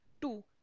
two